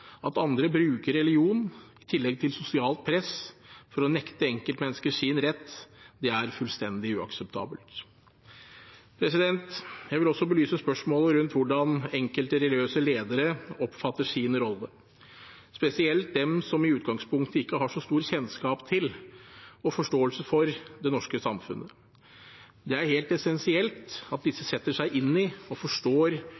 At andre bruker religion, i tillegg til sosialt press, for å nekte enkeltmennesker deres rett, er fullstendig uakseptabelt. Jeg vil også belyse spørsmålet rundt hvordan enkelte religiøse ledere oppfatter sin rolle, spesielt de som i utgangspunktet ikke har så stor kjennskap til og forståelse for det norske samfunnet. Det er helt essensielt at